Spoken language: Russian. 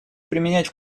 применять